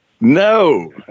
no